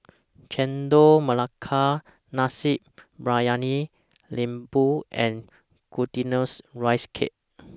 Chendol Melaka Nasi Briyani Lembu and Glutinous Rice Cake